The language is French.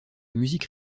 musique